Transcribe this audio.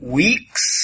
weeks